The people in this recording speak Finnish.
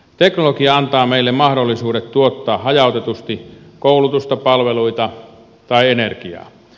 teknologia antaa meille mahdollisuudet tuottaa hajautetusti koulutusta palveluita tai energiaa